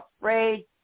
afraid